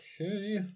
Okay